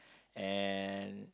and